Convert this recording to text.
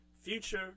future